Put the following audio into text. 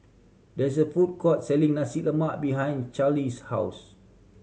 there is a food court selling Nasi Lemak behind Charlize's house